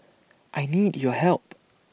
I need your help